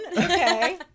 okay